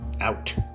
out